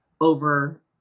over